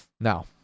Now